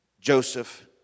Joseph